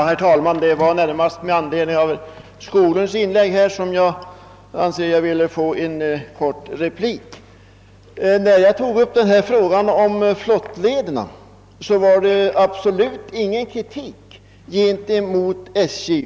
Herr talman! Det är närmast med anledning av herr Skoglunds inlägg som jag vill göra en kort replik. Att jag tog upp frågan om flottlederna innebar absolut ingen kritik mot SJ.